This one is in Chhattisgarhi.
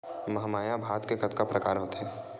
महमाया भात के कतका प्रकार होथे?